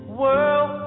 world